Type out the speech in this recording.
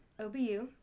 OBU